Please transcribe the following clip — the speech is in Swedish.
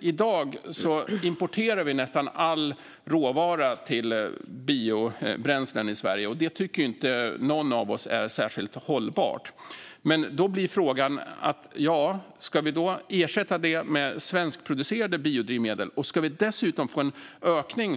I dag importerar vi nästan all råvara till biobränslen i Sverige, och det tycker inte någon av oss är särskilt hållbart. Då blir frågan om vi ska ersätta det med svenskproducerade biodrivmedel. Om vi dessutom får en ökning